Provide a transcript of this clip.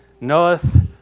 knoweth